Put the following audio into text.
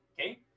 Okay